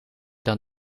dan